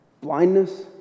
Blindness